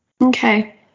okay